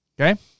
Okay